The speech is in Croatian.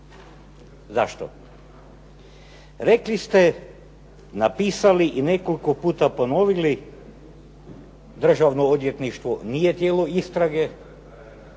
Zašto? Rekli ste, napisali i nekoliko puta ponovili Državno odvjetništvo nije tijelo istrage,